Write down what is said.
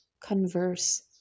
converse